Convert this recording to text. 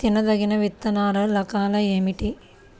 తినదగిన విత్తనాల రకాలు ఏమిటి?